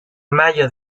mayo